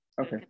Okay